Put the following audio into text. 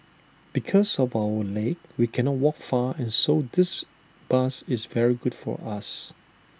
because of our leg we cannot walk far so this bus is very good for us